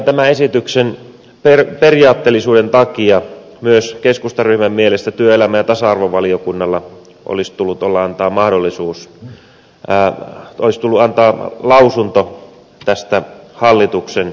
tämän esityksen periaatteellisuuden takia myös keskustaryhmän mielestä työelämä ja tasa arvovaliokunnalla olisi tullut olla mahdollisuus antaa lausunto tästä hallituksen esityksestä